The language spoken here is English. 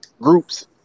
groups